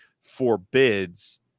forbids